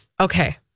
Okay